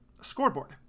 scoreboard